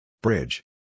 Bridge